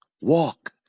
Walk